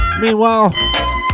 Meanwhile